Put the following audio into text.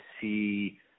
see